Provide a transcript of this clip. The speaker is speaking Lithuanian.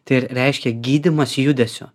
tai reiškia gydymas judesiu